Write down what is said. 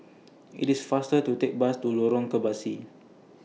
IT IS faster to Take Bus to Lorong Kebasi